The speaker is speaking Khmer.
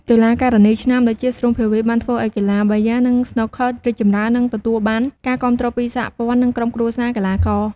កីឡាការិនីឆ្នើម ដូចជា ស្រួង ភាវី បានធ្វើឲ្យកីឡាប៊ីយ៉ា និងស្នូកឃ័ររីកចម្រើន និងទទួលបានការគាំទ្រពីសហព័ន្ធ និងក្រុមគ្រួសារកីឡាករ។